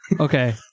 Okay